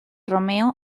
romeo